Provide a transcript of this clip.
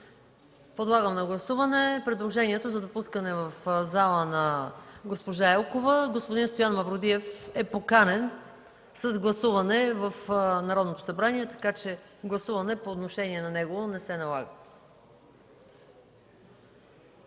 Подлагам на гласуване предложението за допускане в залата на госпожа Елкова. Господин Стоян Мавродиев е поканен с гласуване в Народното събрание, така че гласуване по отношение на него не се налага.